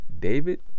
David